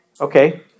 okay